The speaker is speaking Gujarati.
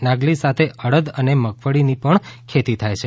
નાગલી સાથે અડદ અને મગફળી ની પણ ખેતી થાય છે